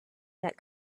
that